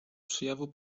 przejawu